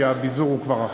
כי הביזור הוא כבר אחר.